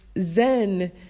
Zen